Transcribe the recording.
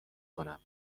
کنم